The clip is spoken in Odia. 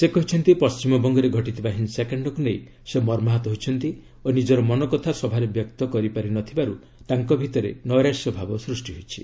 ସେ କହିଛନ୍ତି ପଶ୍ଚିମବଙ୍ଗରେ ଘଟିଥିବା ହିଂସାକାଣ୍ଡକୁ ନେଇ ସେ ମର୍ମାହତ ହୋଇଛନ୍ତି ଓ ନିକ୍କର ମନକଥା ସଭାରେ ବ୍ୟକ୍ତ କରିପାରିନଥିବାରୁ ତାଙ୍କ ଭିତରେ ନୈରାଶ୍ୟଭାବ ସୃଷ୍ଟି ହୋଇଛି